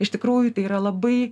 iš tikrųjų tai yra labai